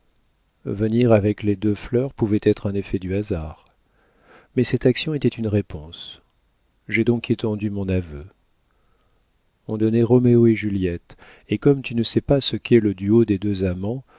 venir avec les deux fleurs pouvait être un effet du hasard mais cette action était une réponse j'ai donc étendu mon aveu on donnait roméo et juliette et comme tu ne sais pas ce qu'est le duo des deux amants